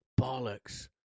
Bollocks